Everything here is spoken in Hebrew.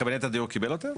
קבינט הדיור קיבל אותה?